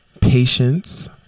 patience